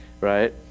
Right